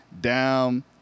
down